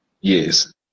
yes